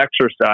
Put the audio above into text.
exercise